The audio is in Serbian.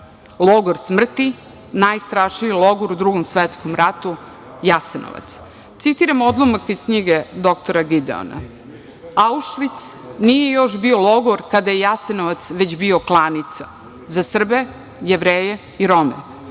logor smrti, najstrašniji logor u Drugom svetskom ratu, Jasenovac. Citiram odlomak iz knjige dr Gideona - Aušvic nije još bio logor kada je Jasenovac već bio klanica za Srbe, Jevreje i Rome.